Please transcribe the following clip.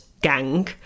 gang